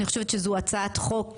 אני חושבת שזו הצעת חוק